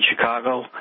Chicago